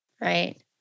Right